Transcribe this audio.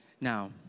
now